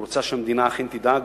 הוא רצה שהמדינה אכן תדאג,